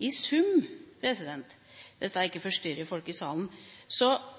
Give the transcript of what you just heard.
I sum hadde det – jeg håper jeg ikke forstyrrer folk i salen